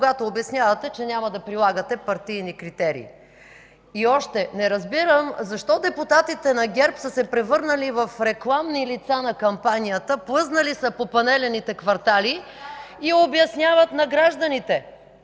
когато обяснявате, че няма да прилагате партийни критерии. И още, не разбирам защо депутатите на ГЕРБ са се превърнали в рекламни лица на кампанията (шум и реплики от ГЕРБ), плъзнали са по панелните квартали и обясняват на гражданите: